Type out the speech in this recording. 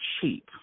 cheap